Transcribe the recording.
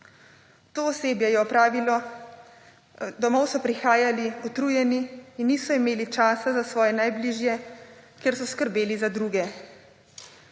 na svoje etični pogoj. Domov so prihajali utrujeni in niso imeli časa za svoje najbližje, ker so skrbeli za druge,